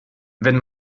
wenn